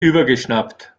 übergeschnappt